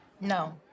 No